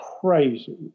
crazy